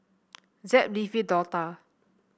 Zeb Leafy Dortha